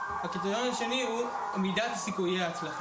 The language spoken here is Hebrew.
הקריטריון השני הוא מידת סיכויי ההצלחה,